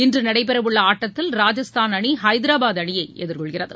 இன்று நடைபெறவுள்ள ஆட்டத்தில் ராஜஸ்தான் அணி ஐதராபாத் அணியை எதிர்கொள்கிறது